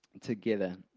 together